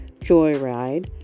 Joyride